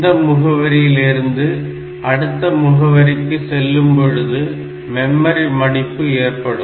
இந்த முகவரியிலிருந்து அடுத்த முகவரிக்கு செல்லும்பொழுது மெமரிமடிப்பு ஏற்படும்